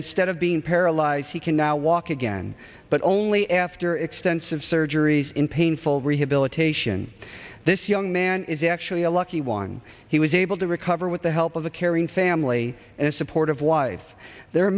instead of being paralyzed he can now walk again but only after extensive surgeries in painful rehabilitation this young man is actually a lucky one he was able to recover with the help of a caring family and a supportive wife there are